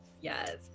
yes